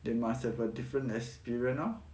they must have a different experience lor